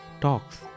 talks